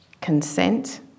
consent